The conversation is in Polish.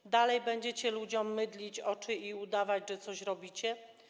Czy dalej będziecie ludziom mydlić oczy i udawać, że coś robicie?